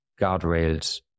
guardrails